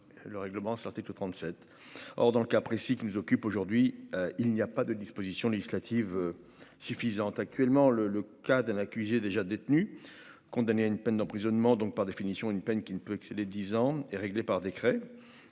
le règlement sorti que 37, or dans le cas précis qui nous occupe aujourd'hui, il n'y a pas de dispositions législatives suffisante actuellement le le cas d'un accusé déjà détenu condamné à une peine d'emprisonnement, donc par définition, une peine qui ne peut que c'est les dix ans est réglé par décret